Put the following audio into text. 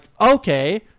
okay